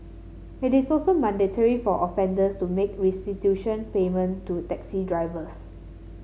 it is also mandatory for offenders to make restitution payment to taxi drivers